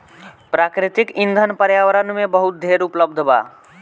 प्राकृतिक ईंधन पर्यावरण में बहुत ढेर उपलब्ध बा